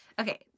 Okay